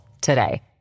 today